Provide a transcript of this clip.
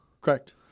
Correct